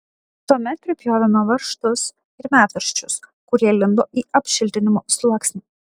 tuomet pripjovėme varžtus ir medvaržčius kurie lindo į apšiltinimo sluoksnį